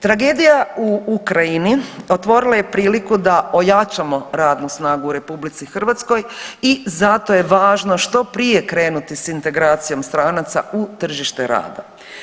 Tragedija u Ukrajini otvorila je priliku da ojačamo radnu snagu u RH i zato je važno što prije krenuti s integracijom stranaca u tržište rada.